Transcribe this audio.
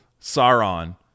Sauron